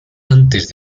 antes